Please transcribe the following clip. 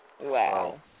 Wow